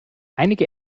einige